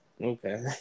Okay